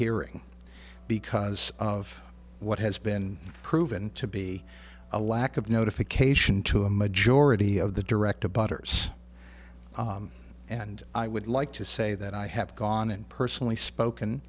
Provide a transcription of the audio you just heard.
hearing because of what has been proven to be a lack of notification to him majority of the direct about hers and i would like to say that i have gone and personally spoken